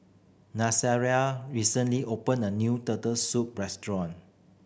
recently open a new Turtle Soup restaurant